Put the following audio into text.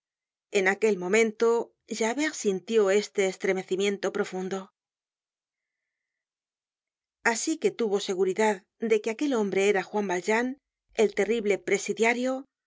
en aquel momento javert sintió este estremecimiento profundo asi que tuvo seguridad de que aquel hombre era juan valjean el terrible presidiario